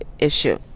issue